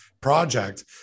project